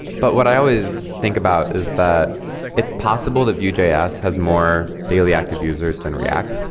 but what i always think about is that it's possible that vue js has more daily active users than react,